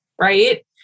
right